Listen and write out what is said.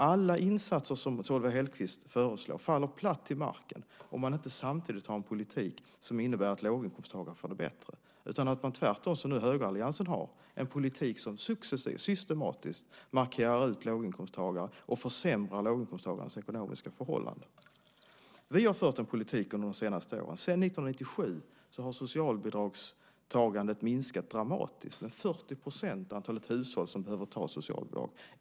Alla insatser som Solveig Hellquist föreslår faller platt till marken om man inte samtidigt har en politik som innebär att låginkomsttagarna får det bättre. Tvärtom har nu högeralliansen en politik som successivt och systematiskt markerar ut låginkomsttagare och försämrar låginkomsttagarnas ekonomiska förhållanden. Med den politik vi har fört under de senaste åren, sedan 1997, har socialbidragstagandet minskat dramatiskt, 40 % av antalet hushåll som har behövt socialbidrag.